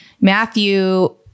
Matthew